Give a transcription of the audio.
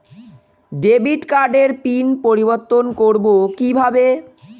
Debit কার্ডের PIN পরিবর্তন করবো কীভাবে?